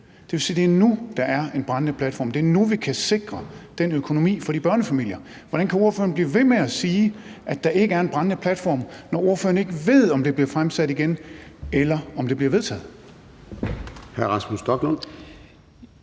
Det vil sige, at det er nu, der er en brændende platform; det er nu, vi kan sikre den økonomi for de børnefamilier. Hvordan kan ordføreren blive ved med at sige, at der ikke er en brændende platform, når ordføreren ikke ved, om forslaget bliver fremsat igen, eller om det bliver vedtaget?